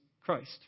Christ